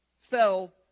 fell